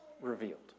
revealed